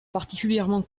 particulièrement